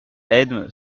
edme